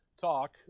talk